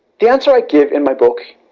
the answer i give in my book,